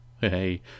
Hey